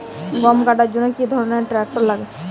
গম কাটার জন্য কি ধরনের ট্রাক্টার লাগে?